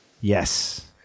Yes